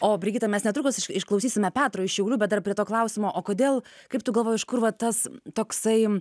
o brigita mes netrukus išklausysime petro iš šiaulių bet dar prie to klausimo o kodėl kaip tu galvoji iš kur va tas toksai